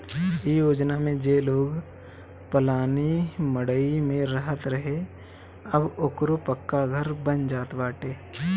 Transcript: इ योजना में जे लोग पलानी मड़इ में रहत रहे अब ओकरो पक्का घर बन जात बाटे